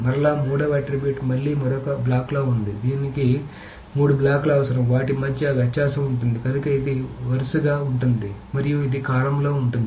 మరలా మూడవ ఆట్రిబ్యూట్ మళ్లీ మరొక బ్లాక్లో ఉంది దీనికి మూడు బ్లాకులు అవసరం వాటి మధ్య వ్యత్యాసం ఉంటుంది కనుక ఇది వరుసగా ఉంటుంది మరియు ఇది కాలమ్లో ఉంటుంది